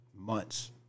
Months